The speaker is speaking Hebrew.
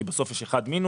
כי בסוף יש אחד מינוס.